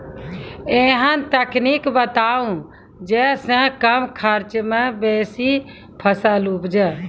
ऐहन तकनीक बताऊ जै सऽ कम खर्च मे बेसी फसल उपजे?